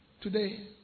today